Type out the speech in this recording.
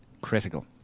critical